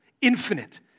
infinite